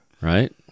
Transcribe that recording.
Right